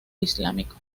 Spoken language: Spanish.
islámico